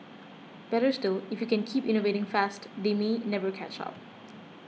better still if you can keep innovating fast they may never catch up